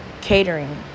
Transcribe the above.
catering